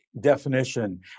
definition